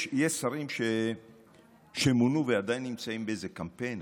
יש שרים שמונו ועדיין נמצאים באיזה קמפיין,